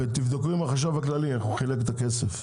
תבדקו עם החשב הכללי איך הוא חילק את הכסף.